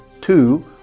two